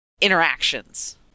interactions